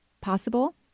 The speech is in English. possible